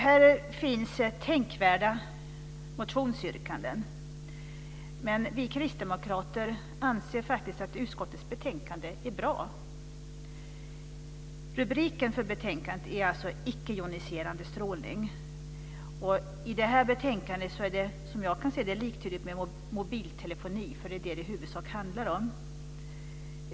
Här finns tänkvärda motionsyrkanden, men vi kristdemokrater anser faktiskt att utskottet betänkande är bra. Rubriken för betänkandet är alltså Icke joniserande strålning m.m. I detta betänkande är det, som jag kan se det, liktydigt med mobiltelefoni, för det är det som det i huvudsak handlar om.